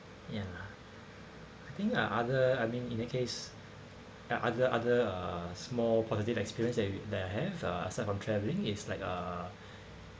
y [l] I think ah other I mean in that case like other other uh small positive experiences that we that I have uh aside from travelling is like uh